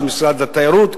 של משרד התיירות,